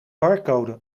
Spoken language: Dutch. barcode